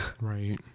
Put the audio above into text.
Right